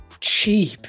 cheap